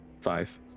five